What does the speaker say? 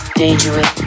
dangerous